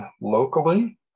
locally